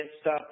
stop